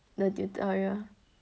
the tutorial